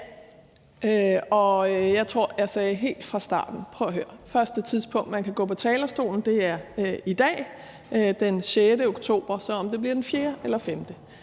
jeg sagde helt fra starten: Prøv at høre, første tidspunkt man kan gå på talerstolen, er i dag, den 6. oktober. Så om det bliver den 4. eller 5.